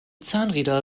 zahnräder